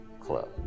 club